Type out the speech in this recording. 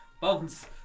Bones